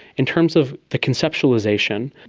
in terms of the conceptualisation,